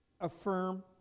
affirm